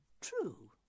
true